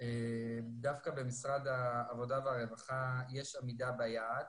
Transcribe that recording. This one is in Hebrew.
דווקא במשרד העבודה והרווחה יש עמידה ביעד,